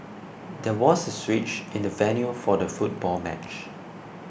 there was switch in the venue for the football match